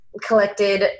collected